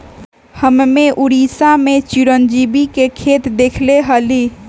हम्मे उड़ीसा में चिरौंजी के खेत देखले हली